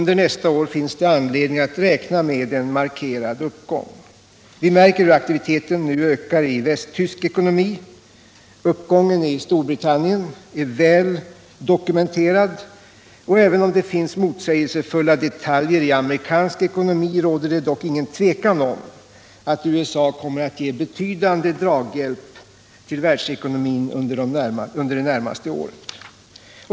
Det finns anledning att under nästa år räkna med en markerad uppgång. Vi märker hur aktiviteten nu ökar i västtysk ekonomi. Uppgången i Storbritannien är väl dokumenterad, och även om det finns motsägelsefulla detaljer i amerikansk ekonomi råder det dock inget tvivel om att USA kommer att ge betydande draghjälp till världsekonomin under det närmaste året.